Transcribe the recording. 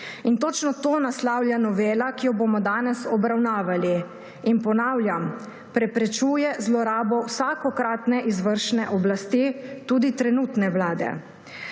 In točno to naslavlja novela, ki jo bomo danes obravnavali. Ponavljam, preprečuje zlorabo vsakokratne izvršne oblasti, tudi trenutne vlade.